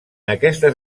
aquestes